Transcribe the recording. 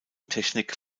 technik